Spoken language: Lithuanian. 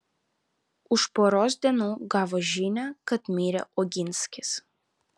už poros dienų gavo žinią kad mirė oginskis